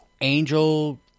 angel